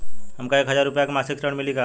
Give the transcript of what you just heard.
हमका एक हज़ार रूपया के मासिक ऋण मिली का?